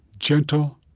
gentle,